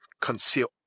conceal